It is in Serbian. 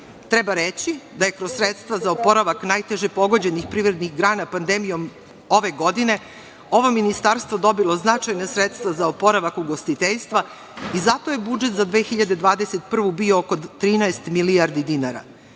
Treba reći da je kroz sredstva za oporavak najteže pogođenih privrednih grana pandemijom ove godine ovo ministarstvo dobilo značajna sredstva za oporavak ugostiteljstva i zato je budžet za 2021. godinu bio oko 13 milijardi dinara.